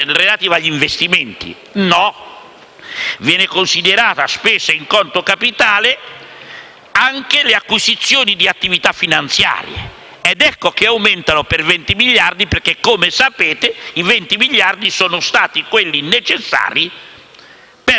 relative agli investimenti. No: viene considerata spesa in conto capitale anche l'acquisizione di attività finanziarie. Ed ecco l'aumento di 20 miliardi perché, come sapete, sono stati necessari 20